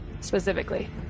specifically